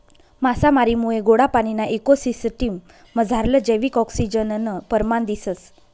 मासामारीमुये गोडा पाणीना इको सिसटिम मझारलं जैविक आक्सिजननं परमाण दिसंस